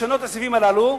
לשנות את הסעיפים הללו,